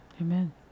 Amen